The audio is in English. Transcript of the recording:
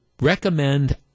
recommend